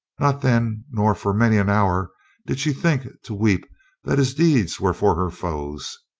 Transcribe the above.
not then nor for many an hour did she think to weep that his deeds were for her foes,